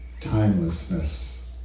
timelessness